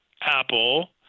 Apple